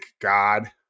God